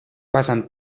pasan